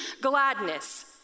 gladness